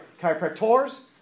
Chiropractors